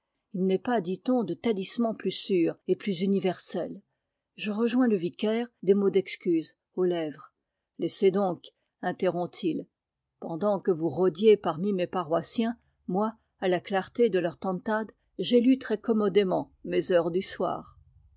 il n'est pas dit-on de talisman plus sûr et plus universel je rejoins le vicaire des mots d'excuse aux lèvres laissez donc interrompt il pendant que vous rôdiez parmi mes paroissiens moi à la clarté de leur tantad j'ai lu très commodément mes heures du soir